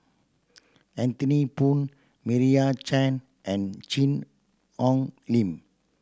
Anthony Poon Meira Chand and Cheang Hong Lim